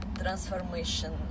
transformation